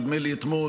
נדמה לי אתמול,